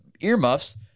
Earmuffs